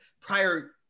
prior